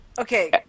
Okay